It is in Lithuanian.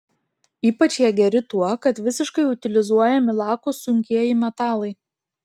ypač jie geri tuo kad visiškai utilizuojami lakūs sunkieji metalai